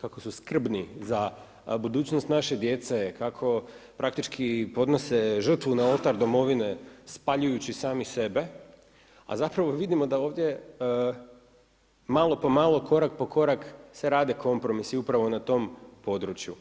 kako su skrbni za budućnost naše djece, kako praktički podnose žrtvu na oltar domovine, spaljujući sami sebe a zapravo vidimo da ovdje malo po malo, korak po korak se rade kompromisi i upravo na tom području.